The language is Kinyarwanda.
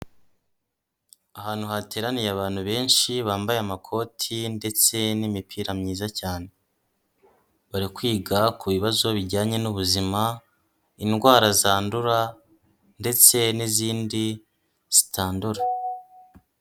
Ahantu hateraniye abantu benshi bambaye amakoti ndetse n'imipira myiza cyane, bari kwiga ku bibazo bijyanye n'ubuzima, indwara zandura ndetse n'izindi zitandura.